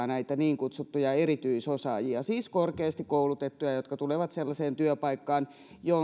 näitä niin kutsuttuja erityisosaajia siis korkeasti koulutettuja jotka tulevat sellaiseen työpaikkaan